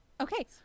Okay